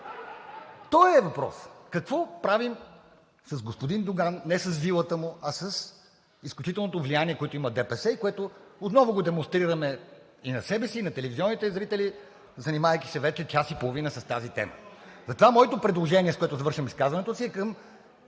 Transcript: Той е въпросът: какво правим с господин Доган? Не с вилата му, а с изключителното влияние, което има ДПС и което отново демонстрираме и на себе си, и на телевизионните зрители, занимавайки се вече час и половина с тази тема. Затова моето предложение, с което завършвам изказването си, е към